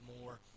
more